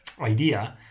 idea